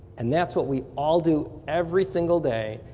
and that's what we all do every single day.